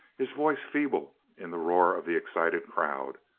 his voice feeble in the roar of the excited crowd.